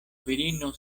virino